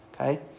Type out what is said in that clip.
okay